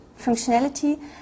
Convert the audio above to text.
functionality